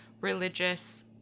religious